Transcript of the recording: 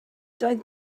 doedd